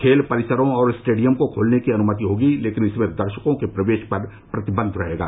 खेल परिसरों और स्टेडियम को खोलने की अनुमति होगी लेकिन इनमें दर्शकों के प्रवेश पर प्रतिबन्ध रहेगा